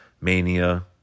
mania